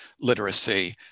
literacy